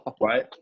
right